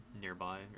nearby